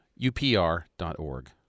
upr.org